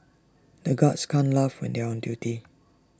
the guards can't laugh when they are on duty